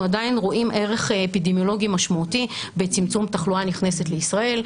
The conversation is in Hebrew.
אנחנו עדיין רואים ערך אפידמיולוגי משמעותי בצמצום תחלואה נכנסת לישראל,